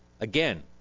again